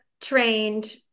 trained